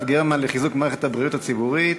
גרמן לחיזוק מערכת הבריאות הציבורית,